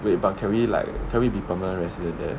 wait but can we like can we be permanent resident there